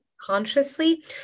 consciously